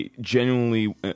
genuinely